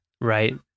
Right